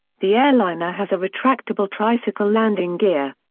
the airliner has a retractable tricycle landing gear.